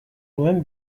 nuen